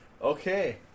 Okay